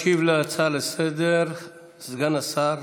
ישיב על ההצעה לסדר-היום סגן שר